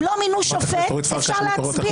אם לא מינו שופט אפשר להצביע.